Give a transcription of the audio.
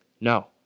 No